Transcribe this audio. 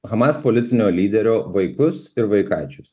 hamas politinio lyderio vaikus ir vaikaičius